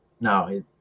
No